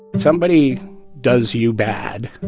somebody does you bad,